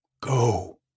Go